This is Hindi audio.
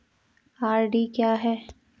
आर.डी क्या है?